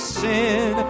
sin